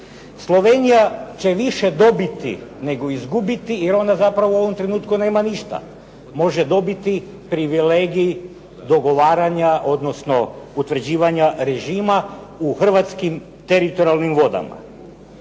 Slovenija će više dobiti nego izgubiti, jer ona zapravo u ovom trenutku nema ništa. Može dobiti privilegij dogovaranja, odnosno utvrđivanja režima u hrvatskim teritorijalnim vodama.